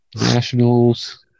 Nationals